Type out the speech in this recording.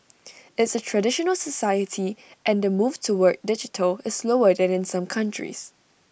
it's A traditional society and the move toward digital is slower than in some countries